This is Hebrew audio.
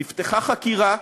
נפתחה חקירה,